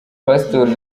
pastori